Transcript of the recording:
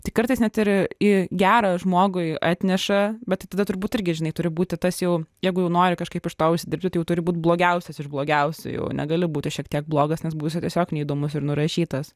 tai kartais net ir į gerą žmogui atneša bet tai tada turbūt irgi žinai turi būti tas jau jeigu jau nori kažkaip iš to užsidirbti turi būt blogiausias iš blogiausių jau negali būti šiek tiek blogas nes būsi tiesiog neįdomus ir nurašytas